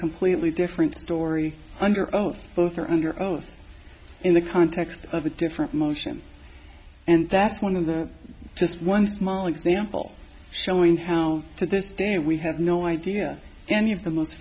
completely different story under oath both are under oath in the context of a different motion and that's one of the just one small example showing how to this day we have no idea any of the most